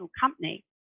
company